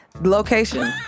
Location